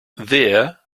there